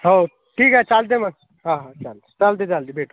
हो ठीक आहे चालतं आहे मग हां हां चालतं आहे चालतं आहे चालतं आहे भेटू